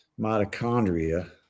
mitochondria